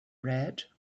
red